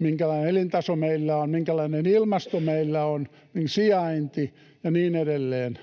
minkälainen elintaso meillä on, minkälainen ilmasto meillä on, sijainti ja niin edelleen,